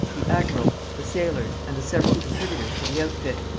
the admiral, the sailors, and the several contributors to the outfit.